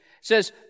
says